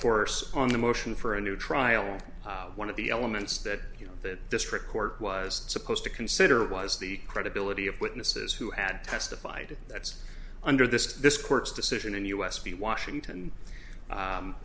course on the motion for a new trial one of the elements that you know that district court was supposed to consider was the credibility of witnesses who had testified that's under this this court's decision and u s b washington